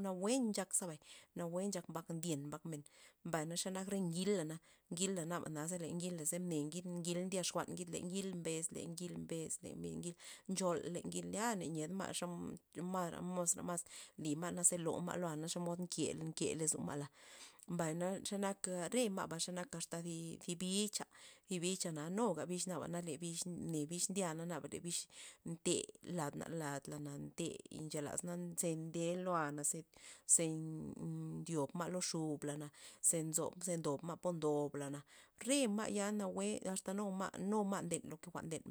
na- wue nchak zebay nawue chak mbak ndyen mbay mne, mbay na xe nak re ngila'na ngila naba ze ngila ze mne ngid- ngil ndya xuan ngil le ngil mbes le ngil nchol le ngil ya na nyedma' xo kuanra masra li ma' na ze lo ma' loa' xomod nke- nke lozoa ma'la, mbay na xe nak re ma'bax asta zi- zi bicha zi bicha nuga bix naba le bix ne bich ndya'na le bix nte ladla lad lana nte nchala la ze nde lo'ana ze ze ndyob ma' lo xubla'na, xe nzob ze ndob ma' pa ndob blana re ma' ya nawue asta nu ma' nu ma' asta nden jwa'n ndenla.